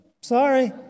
Sorry